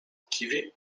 kiwi